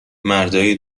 مردای